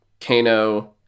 Kano